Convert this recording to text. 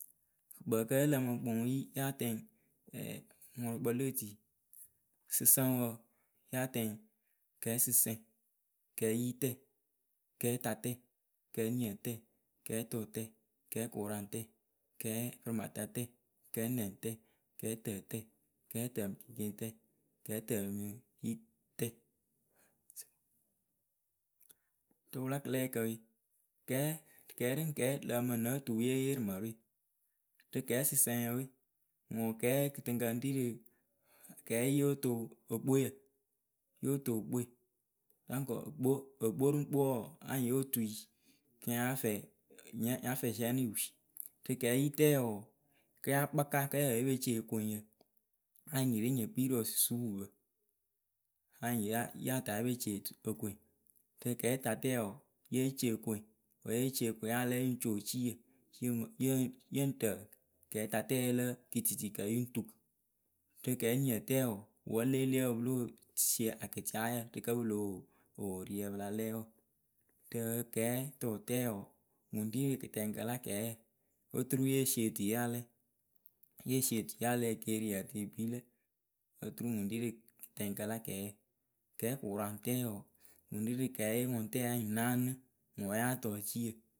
Kpǝǝkǝ yǝ lǝmɨ kpɨŋwǝ yi yáa tɛŋ ɛɛ wɨŋʊrʊkpǝ le etii. Sɨsǝŋwǝ yáa tɛŋ kɛɛsɨsǝŋ. kɛɛyitǝ, kɛɛtatǝǝ, kɛɛniǝtǝ, kɛɛtʊʊtǝǝ, kɛɛkʊraŋtǝǝ, kɛɛpɨrɩmatatǝǝ, kɛɛnɛŋtǝǝ, kɛɛtǝtǝǝ, kɛɛtǝmɨceŋceŋtǝǝ, kɛɛtǝmɨyitǝǝ, rɨ wɨla kɨlɛɛkǝ we, kɛɛ, kɛɛ ri ŋ kɛɛ lǝǝmmɨ nǝ tuu yée yee rɨ mǝrɨwe Rɨ kɛɛsɨsǝŋyǝ we, ŋwɨ kɛɛ kɨtɨŋkǝ ŋ rii rɨ kɛɛ yóo to okpoyǝ, yóo tookpoe. okpo, okp rɨ ŋ kpo wɔɔ anyɩŋ yo tui kɨ nya fɛɛ, nya fɛɛ ziɛɛnɩ wi. Rɨ kɛɛyitǝǝ wɔɔ, kɨ yáa kpaka kǝ́ yǝh pǝ ye pe ce okoŋyǝ, anyɩŋ nyi ri ŋ nyi kpii rɨ osusupupǝ. Anyɩŋ ya yah ta ye pe ce etu, okoŋ, rɨ kɛɛtatǝǝ wɔɔ, yée ce okoeŋ. Wǝ́ ye ce okoeŋ ya lɛɛ, yɨŋ co eciiyǝ, yɨ ŋ rǝǝ kɛɛtatǝǝ lǝ kɨtiitiikǝ yɨ ŋ tu. Rɨ kɛɛniǝtǝ wɔɔ wǝ́ lě leepǝ pɨ lóo sie akɩtɩaayǝ rɨ kǝ́ pɨ lo wo owooruyǝ pɨ la lɛɛ wǝ. Rɨ kɛɛtʊʊtǝǝ wɔɔ, ŋwʊ ŋ ri kɨtɛŋkǝ la kɛɛ, oturu ye sie tuii ya lɛɛ, ye sie otui ya lɛɛ ekeerii yǝǝ tɨ yɨ kpii lǝ. Oturu ŋwɨ ŋ rii rɨ kɨtɛŋkǝ la kɛɛyǝ. kɛɛkʊraŋtǝǝ wɔɔ, ŋwɨ ŋ rii rɨ kɛɛye ŋʊŋtɛyǝ anyɩŋ anyɩŋ naanɨ, ŋwɨ wǝ́ yaa tɔ eciiyǝ.